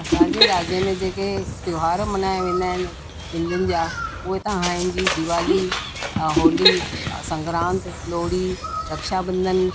असांजे राज्य में जेके त्योहार मल्हाया वेंदा आहिनि हिंदुनि जा उहे तव्हांजी दीवाली होली संक्रांत लोहड़ी रक्षाबंधन